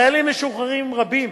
חיילים משוחררים רבים